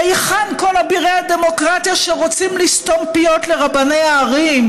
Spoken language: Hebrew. היכן כל אבירי הדמוקרטיה כשרוצים לסתום פיות לרבני הערים,